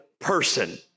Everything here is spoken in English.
person